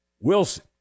Wilson